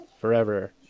forever